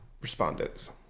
respondents